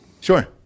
Sure